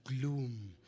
gloom